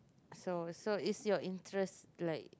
so so it's your interests like